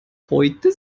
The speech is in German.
heute